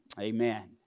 Amen